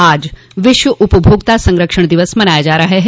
आज विश्व उपभोक्ता संरक्षण दिवस मनाया जा रहा है